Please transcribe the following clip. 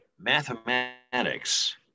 Mathematics